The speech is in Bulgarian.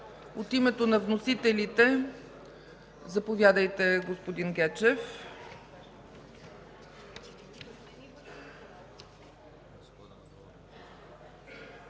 От името на вносителите – заповядайте, господин Гечев.